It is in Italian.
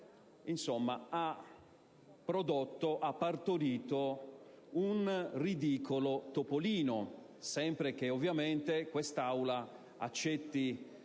ha partorito un ridicolo topolino, sempre che ovviamente questa Assemblea accetti